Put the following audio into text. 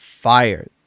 fire